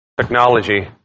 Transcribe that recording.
technology